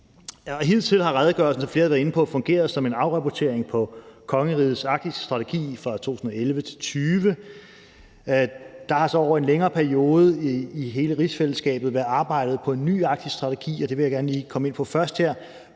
Hidtil har redegørelsen, som flere har været inde på, fungeret som en afrapportering på kongerigets arktiske strategi fra 2011 til 2020. Der har så over en længere periode i hele rigsfællesskabet været arbejdet på en ny arktisk strategi, og det vil jeg gerne lige komme ind på her